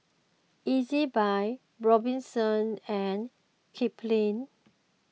Ezbuy Robinson and Kipling